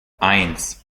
eins